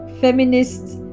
feminists